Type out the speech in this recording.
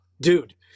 dude